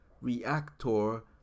reactor